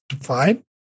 fine